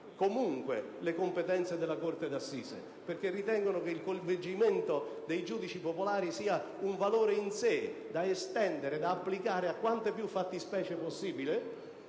comunque le competenze della corte d'assise, perché ritengono che il coinvolgimento dei giudici popolari sia un valore in sé da estendere, da applicare a quante più fattispecie possibili,